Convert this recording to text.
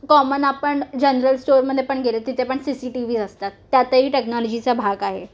common आपण general स्टोरमध्ये पण गेले तिथे पण सी सी टी व्ही असतात त्यातही टेक्नॉलॉजीचा भाग आहे